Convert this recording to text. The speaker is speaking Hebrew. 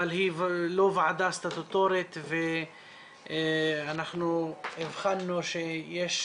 אבל היא לא ועדה סטטוטורית ואנחנו הבחנו שיש